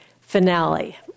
finale